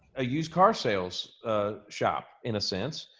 a used car sales shop, in a sense,